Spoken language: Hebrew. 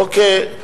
אוקיי,